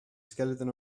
skeleton